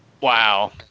Wow